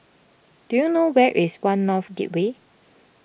do you know where is one North Gateway